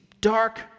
dark